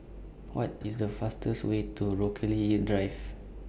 What IS The fastest Way to Rochalie Drive